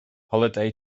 holiday